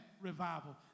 revival